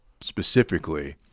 specifically